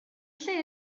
lle